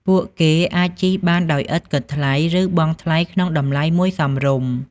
ពួកគេអាចជិះបានដោយឥតគិតថ្លៃ ឬបង់ថ្លៃក្នុងតម្លៃមួយសមរម្យ។